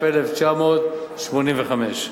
התשמ"ה 1985,